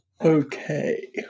Okay